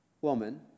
Woman